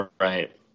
Right